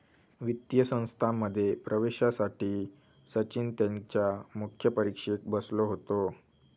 वित्तीय संस्थांमध्ये प्रवेशासाठी सचिन त्यांच्या मुख्य परीक्षेक बसलो होतो